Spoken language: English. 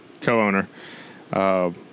co-owner